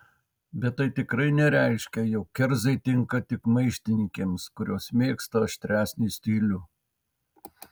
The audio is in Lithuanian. bet tai tikrai nereiškia jog kerzai tinka tik maištininkėms kurios mėgsta aštresnį stilių